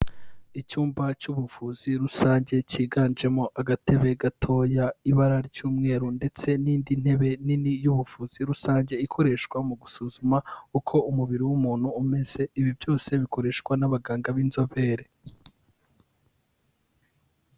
Icyumba cy'ubuvuzi rusange cyiganjemo agatebe gatoya, ibara ry'umweru ndetse n'indi ntebe nini y'ubuvuzi rusange ikoreshwa mu gusuzuma uko umubiri w'umuntu umeze. Ibi byose bikoreshwa n'abaganga b'inzobere.